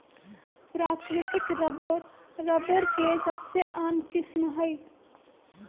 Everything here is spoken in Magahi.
प्राकृतिक रबर, रबर के सबसे आम किस्म हई